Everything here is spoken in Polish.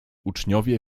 uczniowie